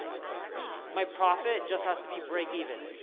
that's crazy. my profit just has to be break-even,